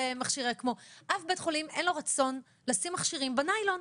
לאף בית חולים אין רצון לשים מכשירים בניילון.